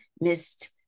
missed